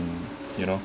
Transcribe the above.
in you know